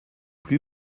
plus